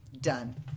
done